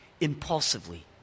Impulsively